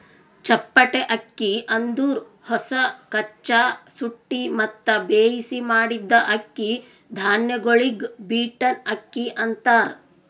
ಚಪ್ಪಟೆ ಅಕ್ಕಿ ಅಂದುರ್ ಹೊಸ, ಕಚ್ಚಾ, ಸುಟ್ಟಿ ಮತ್ತ ಬೇಯಿಸಿ ಮಾಡಿದ್ದ ಅಕ್ಕಿ ಧಾನ್ಯಗೊಳಿಗ್ ಬೀಟನ್ ಅಕ್ಕಿ ಅಂತಾರ್